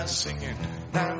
singing